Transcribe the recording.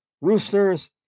roosters